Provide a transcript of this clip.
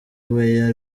weya